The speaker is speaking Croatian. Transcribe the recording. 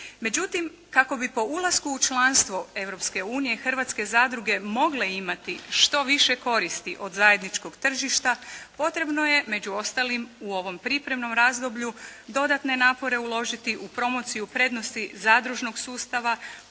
Međutim, kako bi po ulasku u članstvo Europske unije hrvatske zadruge mogle imati što više koristi od zajedničkog tržišta potrebno je među ostalim u ovom pripremnom razdoblju dodatne napore uložiti u promociju prednosti zadružnog sustava,